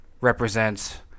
represents